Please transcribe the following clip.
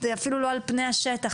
אפילו לא על פני השטח,